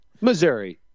missouri